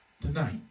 tonight